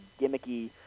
gimmicky